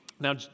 Now